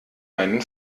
meinen